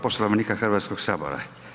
Poslovnika Hrvatskog sabora.